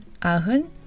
ahun